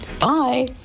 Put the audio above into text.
Bye